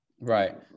Right